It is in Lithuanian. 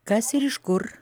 kas ir iš kur